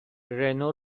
رنو